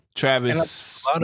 Travis